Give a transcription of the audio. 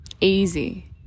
easy